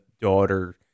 daughter